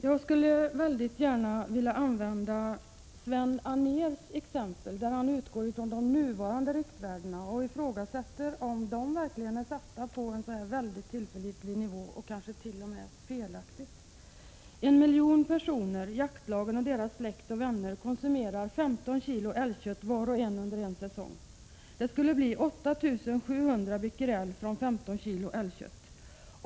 Herr talman! Jag skulle mycket gärna vilja använda Sven Anérs exempel: Han utgår ifrån de nuvarande riktvärdena och ifrågasätter om de är satta på en tillförlitlig nivå eller kanske t.o.m. felaktigt. Han skriver: "1 miljon personer konsumerar 15 kg älgkött var och en, under en säsong. Det skulle bli 8 700 Bq från 15 kilo älgkött.